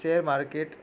share market